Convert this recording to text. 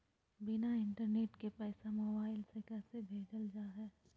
बिना इंटरनेट के पैसा मोबाइल से कैसे भेजल जा है?